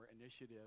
initiative